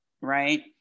right